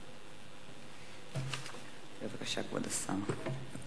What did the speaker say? בבקשה, כבוד השר.